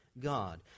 God